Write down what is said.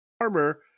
armor